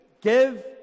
give